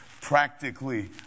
practically